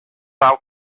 thou